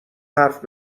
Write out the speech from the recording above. حرف